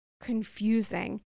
confusing